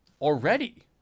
already